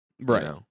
Right